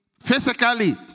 physically